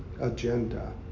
agenda